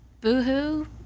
boo-hoo